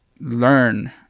learn